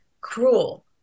cruel